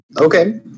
Okay